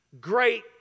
great